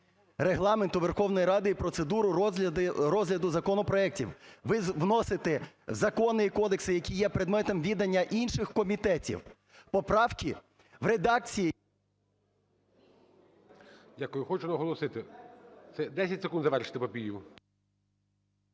Регламенту Верховної Ради і процедури розгляду законопроектів. Ви носите закони і кодекси, які є предметом відання інших комітетів. Поправки в редакції… ГОЛОВУЮЧИЙ. Дякую. Я хочу наголосити. 10 секунд завершити Папієву.